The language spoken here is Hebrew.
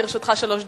לרשותך שלוש דקות.